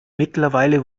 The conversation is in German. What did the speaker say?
mittlerweile